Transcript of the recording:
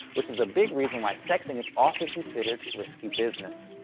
which is a big reason why sexting is often considered risky business.